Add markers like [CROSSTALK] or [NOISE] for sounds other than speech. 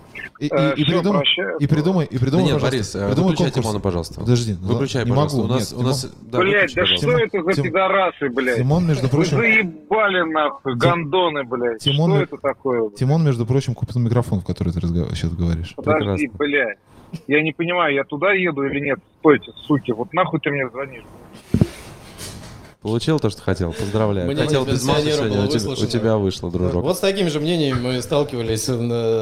И- Э, и- и всё, придумай- прощаюсь. и придумай- и Да придумай, нет, пожалуйста, Борис, э, придумай выключай конкурс. Тимона, пожалуйста. Подожди, ну, Выключай, не пожалуйста. могу. У нас- Нет, у Тимон- нас- да, Блядь, выключай, да что пожалуйста. это за Тим- пидорасы, блядь? Тимон, между [LAUGHS] Вы прочим- заебали нахуй, Ти- гандоны, блядь. Тимон Что ми- это такое? Тимон, между прочим, купил микрофон, в который ты разгов- щас говоришь. Подожди, Прекрасно. блядь. Я не понимаю, я туда еду или нет? Стойте, суки, вот нахуй ты мне звонишь? Получил то, что хотел? Поздравляю. Мнение Хотел без пенсионера масла сегодня, было у тебя- у выслушано. тебя вышло, Так, дружок. вот с таким же мнением мы сталкивались, э, на-